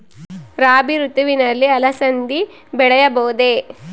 ರಾಭಿ ಋತುವಿನಲ್ಲಿ ಅಲಸಂದಿ ಬೆಳೆಯಬಹುದೆ?